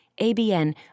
ABN